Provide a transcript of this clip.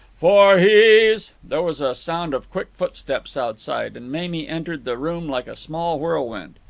for he's there was a sound of quick footsteps outside, and mamie entered the room like a small whirlwind.